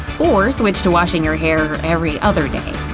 or switch to washing your hair every other day.